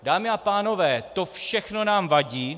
Dámy a pánové, to všechno nám vadí.